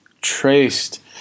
traced